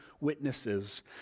witnesses